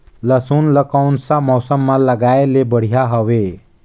लसुन ला कोन सा मौसम मां लगाय ले बढ़िया हवे?